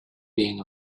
being